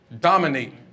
dominate